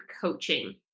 coaching